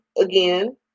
again